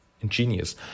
ingenious